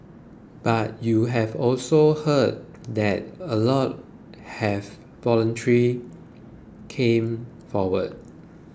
but you have also heard that a lot have voluntary come forward